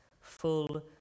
full